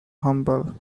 humble